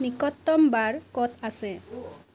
নিকটতম বাৰ ক'ত আছে